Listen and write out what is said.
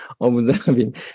observing